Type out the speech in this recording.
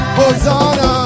Hosanna